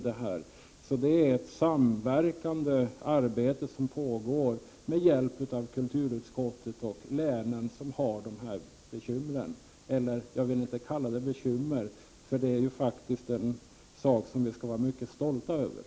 Det är alltså ett samverkande arbete som pågår med hjälp av kulturutskottet och länen, som har dessa bekymmer — jag vill egentligen inte kalla det bekymmer, då det är någonting som vi skall vara mycket stolta över.